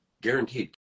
guaranteed